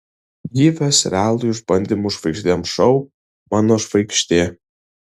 ji ves realių išbandymų žvaigždėms šou mano žvaigždė